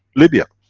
libya.